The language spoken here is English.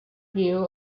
view